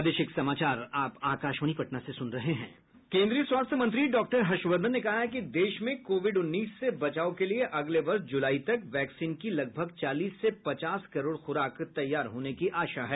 केन्द्रीय स्वास्थ्य मंत्री डॉक्टर हर्षवर्धन ने कहा है कि देश में कोविड उन्नीस से बचाव के लिए अगले वर्ष जुलाई तक वैक्सीन की लगभग चालीस से पचास करोड़ खुराक तैयार होने की आशा है